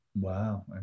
Wow